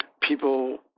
people